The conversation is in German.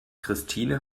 christine